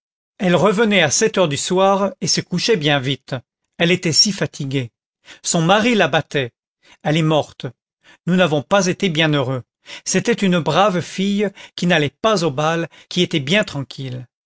elle revenait à sept heures du soir et se couchait bien vite elle était si fatiguée son mari la battait elle est morte nous n'avons pas été bien heureux c'était une brave fille qui n'allait pas au bal qui était bien tranquille